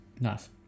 Nice